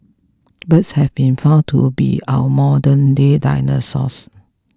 birds have been found to be our modernday dinosaurs